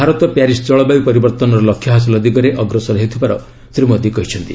Bharat Paris ଜଳବାୟୁ ପରିବର୍ତ୍ତନ ଲକ୍ଷ୍ୟ ହାସଲ ଦିଗରେ ଅଗ୍ରସର ହେଉଥିବାର ଶ୍ରୀ ମୋଦୀ କହିଚ୍ଚନ୍ତି